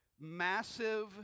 massive